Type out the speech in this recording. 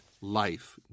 life